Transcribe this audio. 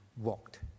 walked